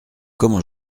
comment